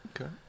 Okay